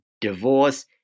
divorce